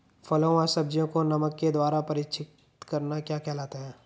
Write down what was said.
फलों व सब्जियों को नमक के द्वारा परीक्षित करना क्या कहलाता है?